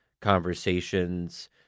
conversations